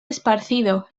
esparcido